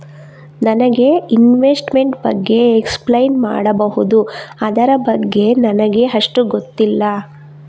ನನಗೆ ಇನ್ವೆಸ್ಟ್ಮೆಂಟ್ ಬಗ್ಗೆ ಎಕ್ಸ್ಪ್ಲೈನ್ ಮಾಡಬಹುದು, ಅದರ ಬಗ್ಗೆ ನನಗೆ ಅಷ್ಟು ಗೊತ್ತಿಲ್ಲ?